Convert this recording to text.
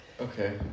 Okay